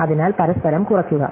അതിനാൽ പരസ്പരം കുറയ്ക്കുക